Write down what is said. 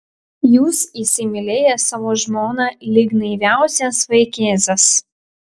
jūs įsimylėjęs savo žmoną lyg naiviausias vaikėzas